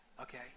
okay